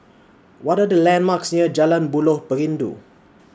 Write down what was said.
What Are The landmarks near Jalan Buloh Perindu